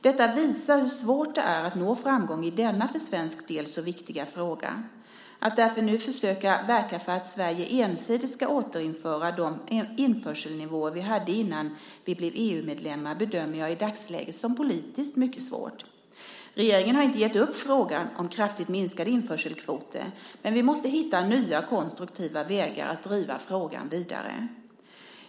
Detta visar hur svårt det är att nå framgång i denna för svensk del så viktiga fråga. Att därför nu försöka verka för att Sverige ensidigt ska återinföra de införselnivåer vi hade innan vi blev EU-medlemmar bedömer jag i dagsläget som politiskt mycket svårt. Regeringen har inte gett upp frågan om kraftigt minskade införselkvoter, men vi måste försöka hitta nya konstruktiva vägar att driva frågan vidare.